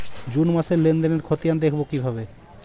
June মাসের লেনদেনের খতিয়ান দেখবো কিভাবে?